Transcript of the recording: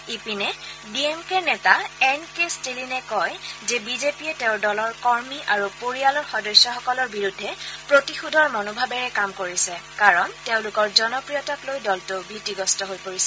ইপিনে D M কেৰ নেতা এনকে ষ্টেলিনে কয় যে বিজেপিয়ে তেওঁৰ দলৰ কৰ্মী আৰু পৰিয়ালৰ সদস্যসকলৰ বিৰুদ্ধে প্ৰতিশোধৰ মনোভাৱেৰে কাম কৰিছে কাৰণ তেওঁলোকৰ জনপ্ৰিয়তাক লৈ দলটো ভীতিগ্ৰস্ত হৈ পৰিছে